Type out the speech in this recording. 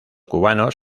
cubanos